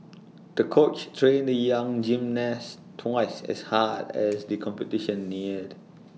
the coach trained the young gymnast twice as hard as the competition neared